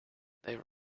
they